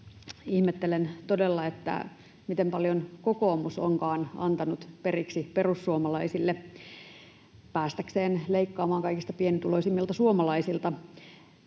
ihmettelen todella, miten paljon kokoomus onkaan antanut periksi perussuomalaisille päästäkseen leikkaamaan kaikista pienituloisimmilta suomalaisilta.